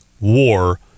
war